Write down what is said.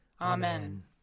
Amen